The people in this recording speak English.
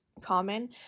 common